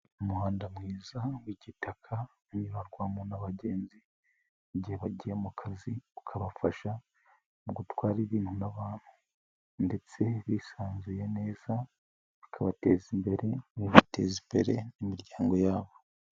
Umuhanda mwiza wigitaka ubarwamo na bagenzi igihe bagiye mu kazi, ukabafasha mu gutwara ibintu n'abantu ndetse bisanzuye neza, bikabateza imbere bagateza imbere n'imiryango yabo.